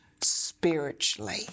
Spiritually